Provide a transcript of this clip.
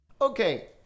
Okay